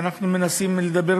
ואנחנו מנסים לדבר,